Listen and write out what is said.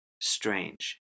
strange